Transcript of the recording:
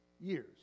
years